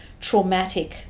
traumatic